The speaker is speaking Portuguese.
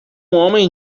homem